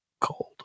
cold